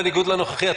בניגוד לנוכחי,